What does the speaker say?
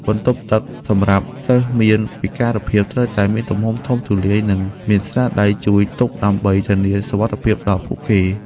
បន្ទប់ទឹកសម្រាប់សិស្សមានពិការភាពត្រូវតែមានទំហំធំទូលាយ និងមានដៃជួយទប់ដើម្បីធានាសុវត្ថិភាពដល់ពួកគេ។